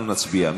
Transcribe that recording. אנחנו נצביע.